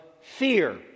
fear